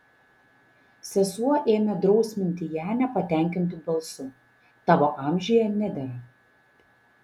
sesuo ėmė drausminti ją nepatenkintu balsu tavo amžiuje nedera